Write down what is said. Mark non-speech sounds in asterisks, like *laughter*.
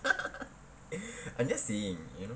*laughs* I'm just saying you know